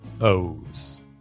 O's